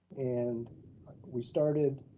and we started